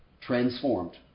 transformed